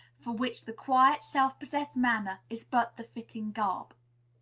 for which the quiet, self-possessed manner is but the fitting garb.